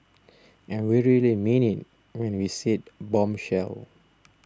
and we really mean it when we said bombshell